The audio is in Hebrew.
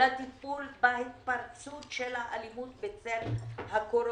לטיפול בהתפרצות של האלימות בצל הקורונה,